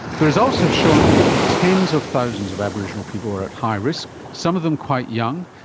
the results have shown that tens of thousands of aboriginal people are at high risk, some of them quite young,